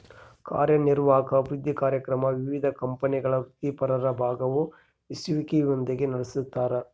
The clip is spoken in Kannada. ಕಾರ್ಯನಿರ್ವಾಹಕ ಅಭಿವೃದ್ಧಿ ಕಾರ್ಯಕ್ರಮ ವಿವಿಧ ಕಂಪನಿಗಳ ವೃತ್ತಿಪರರ ಭಾಗವಹಿಸುವಿಕೆಯೊಂದಿಗೆ ನಡೆಸ್ತಾರ